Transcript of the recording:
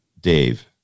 Dave